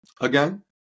Again